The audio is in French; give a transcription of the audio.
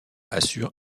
assure